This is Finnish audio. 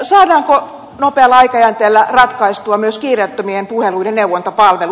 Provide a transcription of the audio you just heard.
saadaanko nopealla aikajänteellä ratkaistua myös kiireettömien puheluiden neuvontapalvelu